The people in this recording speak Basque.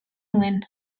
nuen